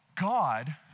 God